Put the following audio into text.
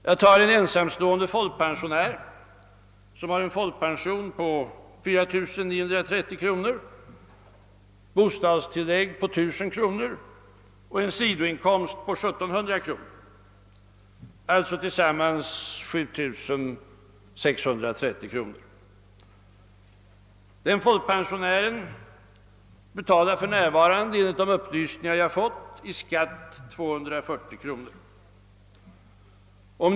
Jag tar en ensamstående folkpensionär som har en folkpension på 4930 kronor, bostadstillägg på 1000 kronor och en sidoinkomst på 1700 kronor — alltså tillsammans 7630 kronor. Denna folkpensionär betalar för närvarande, enligt de upplysningar jag fått, 240 kronor i skatt.